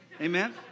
Amen